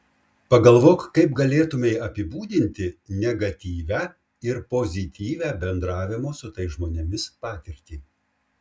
pagalvok kaip galėtumei apibūdinti negatyvią ir pozityvią bendravimo su tais žmonėmis patirtį